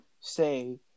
say